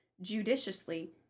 judiciously